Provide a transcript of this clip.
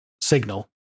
signal